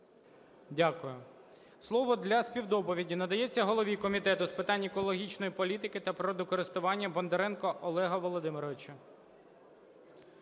Дякую. Слово для співдоповіді надається голові Комітету з питань екологічної політики та природокористування Бондаренку Олегу Володимировичу.